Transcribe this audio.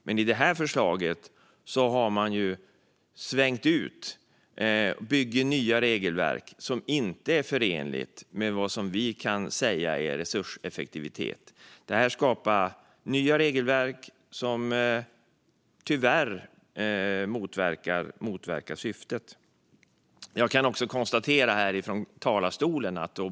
Men i det här förslaget har man "svängt ut" - man bygger nya regelverk som inte är förenliga med vad vi anser vara resurseffektivt och som tyvärr motverkar sitt syfte.